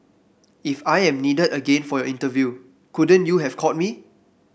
if I am needed again for your interview couldn't you have called me